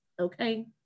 okay